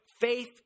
faith